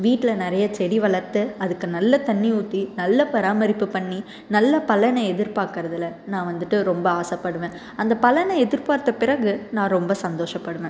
வீட்டில நிறைய செடி வளர்த்து அதுக்கு நல்ல தண்ணி ஊற்றி நல்ல பராமரிப்பு பண்ணி நல்ல பலனை எதிர்பார்க்கறதுல நான் வந்துட்டு ரொம்ப ஆசைப்படுவேன் அந்த பலனை எதிர் பார்த்த பிறகு நான் ரொம்ப சந்தோஷப்படுவேன்